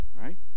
right